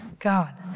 God